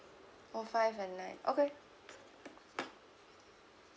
four five and nine okay